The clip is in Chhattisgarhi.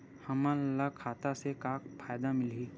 हमन ला खाता से का का फ़ायदा मिलही?